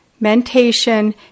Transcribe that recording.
Mentation